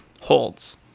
holds